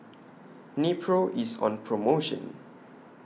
Nepro IS on promotion